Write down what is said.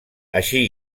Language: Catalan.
així